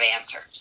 answers